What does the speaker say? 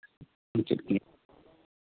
ᱢᱩᱪᱟᱹᱫ ᱠᱮᱫ